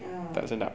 ah